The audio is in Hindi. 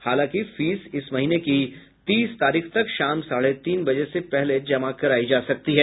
हालांकि फीस इस महीने की तीस तारीख तक शाम साढ़े तीन बजे से पहले जमा करायी जा सकती है